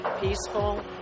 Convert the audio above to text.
peaceful